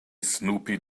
snoopy